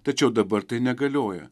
tačiau dabar tai negalioja